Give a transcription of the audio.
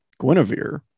Guinevere